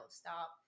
stop